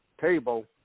table